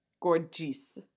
gorgeous